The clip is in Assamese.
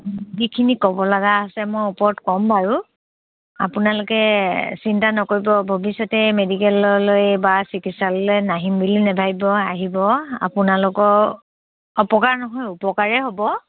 যিখিনি ক'ব লগা আছে মই ওপৰত ক'ম বাৰু আপোনালোকে চিন্তা নকৰিব ভৱিষ্যতে মেডিকেললৈ বা চিকিৎসালয়লৈ নাহিম বুলি নেভাবিব আহিব আপোনালোকৰ অপকাৰ নহয় উপকাৰে হ'ব